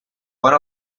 one